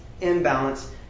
imbalance